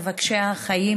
מבקשי החיים,